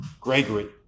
Gregory